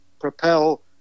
propel